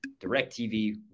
DirecTV